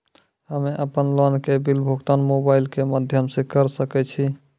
हम्मे अपन लोन के बिल भुगतान मोबाइल के माध्यम से करऽ सके छी?